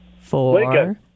four